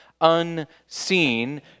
unseen